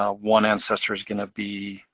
ah one ancestor's gonna be,